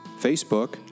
Facebook